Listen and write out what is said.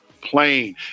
plane